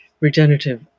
regenerative